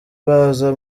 baza